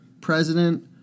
president